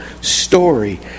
story